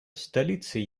столицей